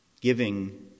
Giving